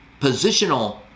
positional